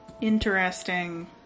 Interesting